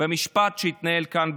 במשפט שהתנהל כאן,